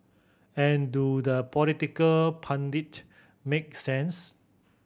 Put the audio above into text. and do the political pundit make sense